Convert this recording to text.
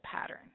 pattern